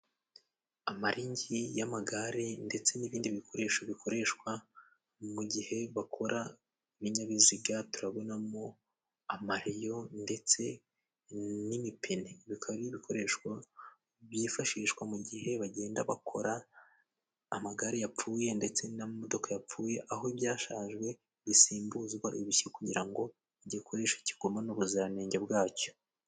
Amaringi y'amagare ndetse n'ibindi bikoresho bikoreshwa mu gihe bakora ibinyabiziga, turabonamo amareyo ndetse n'imipine bikaba ibikoreshwa byifashishwa mu gihe bagenda bakora amagare yapfuye ndetse n'amamodoka yapfuye, aho ibyashajwe bisimbuzwa ibishya kugira ngo igikoresho kigumane ubuziranenge bwacyo.